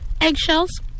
eggshells